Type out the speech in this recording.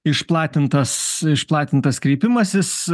išplatintas išplatintas kreipimasis